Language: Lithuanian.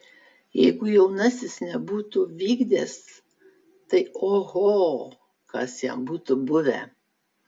jeigu jaunasis nebūtų vykdęs tai oho kas jam būtų buvę